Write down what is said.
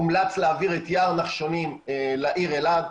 הומלץ להעביר את יער נחשונים לעיר אלעד.